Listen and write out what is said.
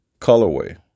Colorway